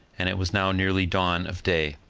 and it was now nearly dawn of day.